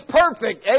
perfect